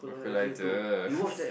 equaliser